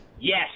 Yes